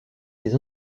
des